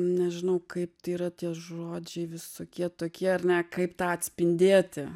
nežinau kaip tai yra tie žodžiai visokie tokie ar ne kaip tą atspindėti